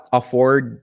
afford